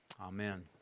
Amen